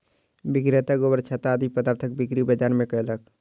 विक्रेता गोबरछत्ता आदि पदार्थक बिक्री बाजार मे कयलक